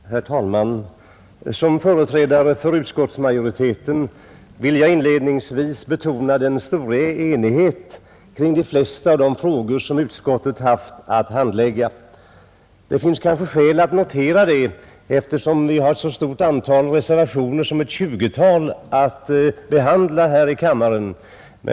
Herr talman! Som företrädare för utskottsmajoriteten vill jag inledningsvis betona den stora enigheten kring de flesta av de frågor i detta betänkande som utskottet haft att handlägga. Det finns kanske skäl att notera den, eftersom vi har ett så stort antal reservationer som ett tjugotal att behandla här i kammaren.